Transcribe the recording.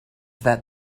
that